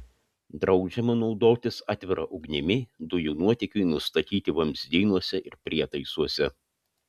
draudžiama naudotis atvira ugnimi dujų nuotėkiui nustatyti vamzdynuose ir prietaisuose